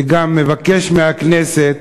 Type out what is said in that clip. וגם מבקש מהכנסת